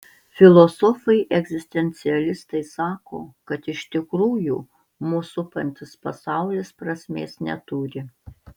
filosofai egzistencialistai sako kad iš tikrųjų mus supantis pasaulis prasmės neturi